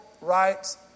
rights